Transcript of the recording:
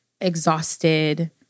exhausted